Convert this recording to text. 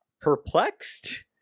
perplexed